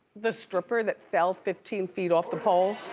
the stripper that fell fifteen feet off the pole?